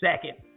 second